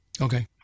Okay